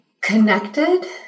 connected